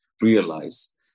realize